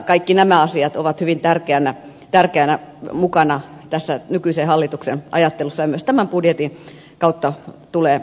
kaikki nämä asiat ovat hyvin tärkeänä mukana tässä nykyisen hallituksen ajattelussa ja tulevat myös tämän budjetin kautta toteutetuksi